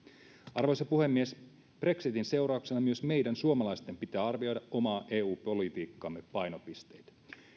arvoisa puhemies brexitin seurauksena myös meidän suomalaisten pitää arvioida oman eu politiikkamme painopisteitä